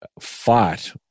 fought